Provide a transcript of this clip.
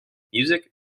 music